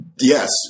yes